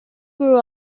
grew